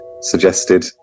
suggested